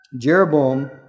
Jeroboam